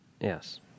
Yes